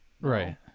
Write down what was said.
Right